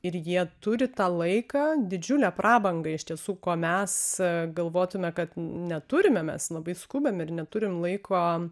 ir jie turi tą laiką didžiulę prabangą iš tiesų ko mes galvotume kad neturime mes labai skubam ir neturim laiko